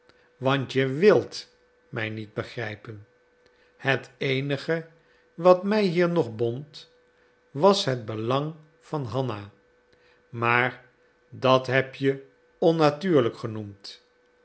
want je wilt mij niet begrijpen het eenige wat mij hier nog bond was het belang van hanna maar dat heb je onnatuurlijk genoemd